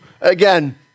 again